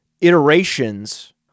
iterations